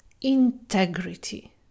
integrity